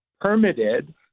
permitted